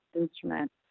instrument